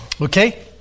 Okay